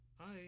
Hi